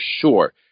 sure